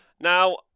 Now